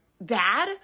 bad